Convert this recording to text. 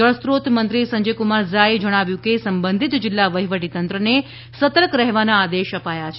જળસ્રોત મંત્રી સંજય કુમાર ઝાએ જણાવ્યું છે કે સંબંધીત જિલ્લા વહિવટી તંત્રને સતર્ક રહેવાના આદેશ અપાયા છે